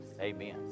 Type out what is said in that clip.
Amen